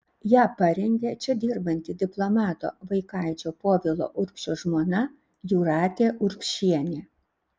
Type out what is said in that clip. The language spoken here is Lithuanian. ją parengė čia dirbanti diplomato vaikaičio povilo urbšio žmona jūratė urbšienė